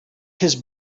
his